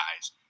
guys